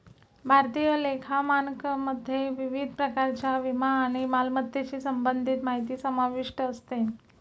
भारतीय लेखा मानकमध्ये विविध प्रकारच्या विमा आणि मालमत्तेशी संबंधित माहिती समाविष्ट असते